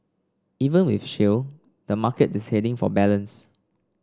even with shale the market is heading for balance